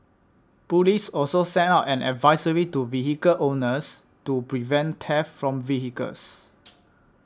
police also sent out an advisory to vehicle owners to prevent theft from vehicles